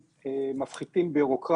חייבים --- אילו טיפולים תומכים מומלצים